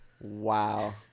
Wow